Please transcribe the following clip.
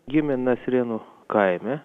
gimė nasrėnų kaime